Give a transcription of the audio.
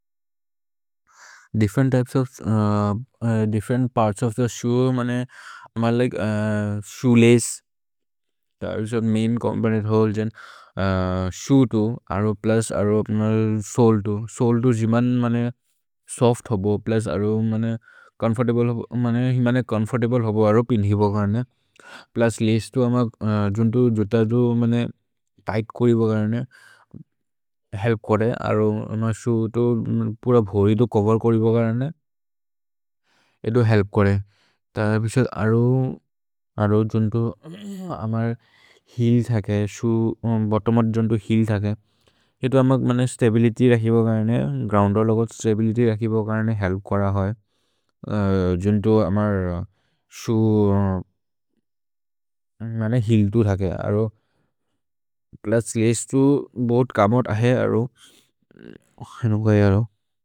Different types of, different parts of the shoe, मन्ने, मन्ने like, shoe lace, main component व्होले गेन्, shoe तु, अरो प्लुस् अरो सोउल् तु, सोउल् तु जिमन् मन्ने सोफ्त् होबो। प्लुस् अरो मन्ने चोम्फोर्तब्ले होबो, मन्ने चोम्फोर्तब्ले होबो, अरो पिन्हि बगाने, प्लुस् लचे तु, अम्म जुन्तो जुत तु मन्ने तिघ्त् कोरि बगाने, हेल्प् कोदे, अरो मन्ने शोए तु, पुर भोरि तु चोवेर् बगाने। एतो हेल्प् कोरे, तर विसद् अरो, अरो जुन्तो, अमर् हील् थके, शोए, बोत्तोम् अर् जुन्तो हील् थके। एतो अम्म मन्ने स्तबिलित्य् रखि बगाने, ग्रोउन्द् अरो लोगो स्तबिलित्य् रखि बगाने, हेल्प् कोर होइ, जुन्तो अमर् शोए, मन्ने हील् तु थके, अरो, प्लुस् लचे तु, बोद् कमोद् अहे, अरो, अनु गये अरो।